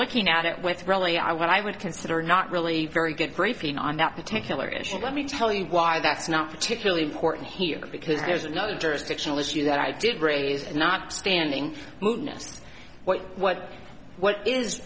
looking at it with really i what i would consider not really very good briefing on that particular issue let me tell you why that's not particularly important here because there's no jurisdictional issue that i did raise and not standing who knows what what